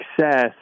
success